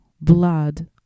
blood